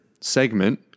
segment